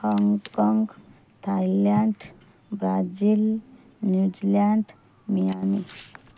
Hong Kong Thailand Brazil New Zealand Miami